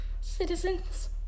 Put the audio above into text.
Citizens